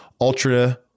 ultra